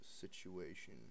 situation